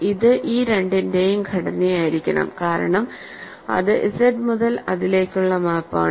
ഇത് ഈ രണ്ടിന്റെയും ഘടനയായിരിക്കണം കാരണം അത് ഇസഡ് മുതൽ അതിലേക്കുള്ള മാപ്പ് ആണ്